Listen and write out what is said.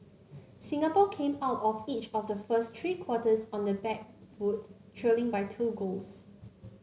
Singapore came out of each of the first three quarters on the back foot trailing by two goals